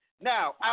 Now